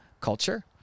culture